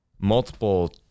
multiple